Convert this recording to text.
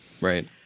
right